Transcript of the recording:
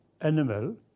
animal